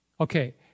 Okay